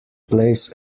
plays